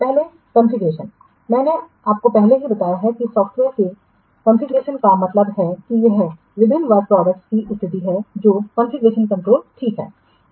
पहला कॉन्फ़िगरेशन मैंने आपको पहले ही बताया है कि सॉफ़्टवेयर के कॉन्फ़िगरेशन का मतलब है कि यह विभिन्न वर्क प्रोडक्टस की स्थिति है जो कॉन्फ़िगरेशन कंट्रोल ठीक है